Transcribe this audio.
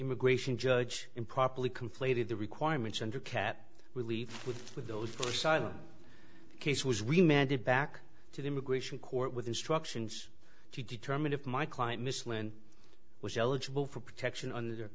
immigration judge improperly conflated the requirements under cat relief with with those four sided case was remanded back to the immigration court with instructions to determine if my client misled and was eligible for protection under